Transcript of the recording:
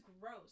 gross